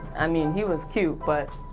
i mean he was cute but,